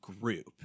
group